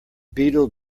beetle